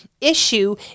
issue